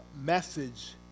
message